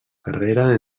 carrera